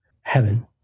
heaven